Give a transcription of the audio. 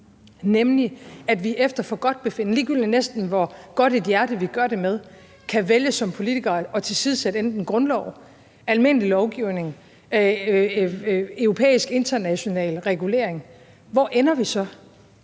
nemlig at vi efter forgodtbefindende – næsten ligegyldigt hvor godt et hjerte vi gør det med – kan vælge som politikere at tilsidesætte enten grundloven, almindelig lovgivning eller europæisk og international regulering, hvor ender vi så?